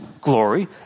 glory